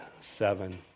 seven